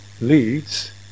leads